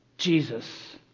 Jesus